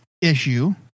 issue